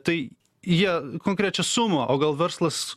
tai jie konkrečią sumą o gal verslas